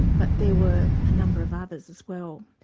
but there were a number of others as well.